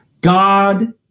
God